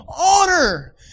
honor